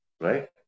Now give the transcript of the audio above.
right